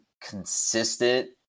consistent